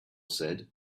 said